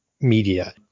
media